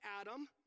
Adam